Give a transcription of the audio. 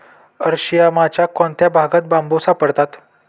अरशियामाच्या कोणत्या भागात बांबू सापडतात?